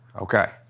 Okay